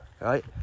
Right